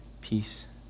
peace